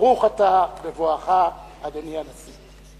ברוך אתה בבואך, אדוני הנשיא.